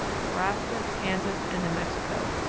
nebraska, kansas, and new mexico,